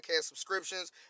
subscriptions